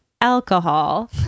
alcohol